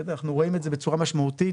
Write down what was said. אנחנו רואים את זה בצורה משמעותית.